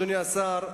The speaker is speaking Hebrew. אדוני השר,